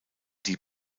die